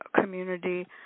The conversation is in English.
community